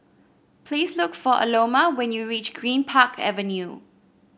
please look for Aloma when you reach Greenpark Avenue